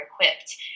equipped